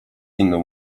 inną